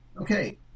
Okay